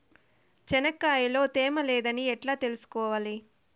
చెనక్కాయ లో తేమ లేదని ఎట్లా తెలుసుకోవాలి?